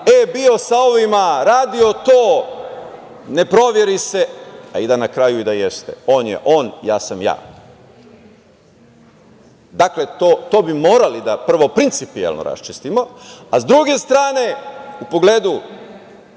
e, bio sa ovima, radio to, ne proveri se, a na kraju i da jeste on je on ja sam ja. Dakle, to bi morali, prvo principijelno da raščistimo, a s druge strane u pogledu